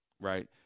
Right